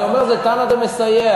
אני אומר, זה תנא דמסייע.